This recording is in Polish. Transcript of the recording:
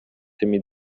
tymi